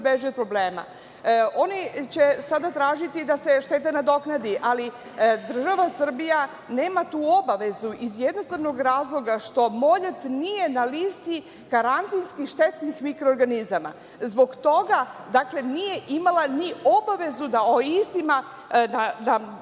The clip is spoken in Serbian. od problema. Oni će sada tražiti da se šteta nadoknadi, ali država Srbija nema tu obavezu iz jednostavnog razloga što moljac nije na listi karantinskih štetnih mikroorganizama. Zbog toga nije imala ni obavezu da o istima,